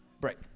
Break